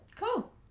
cool